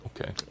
Okay